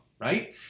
right